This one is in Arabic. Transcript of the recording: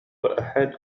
أحد